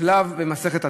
שלב במסכת התודות: